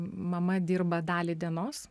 mama dirba dalį dienos